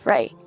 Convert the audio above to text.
Right